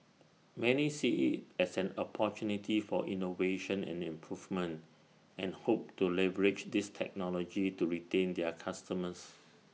many see IT as an opportunity for innovation and improvement and hope to leverage this technology to retain their customers